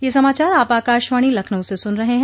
ब्रे क यह समाचार आप आकाशवाणी लखनऊ से सुन रहे हैं